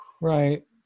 right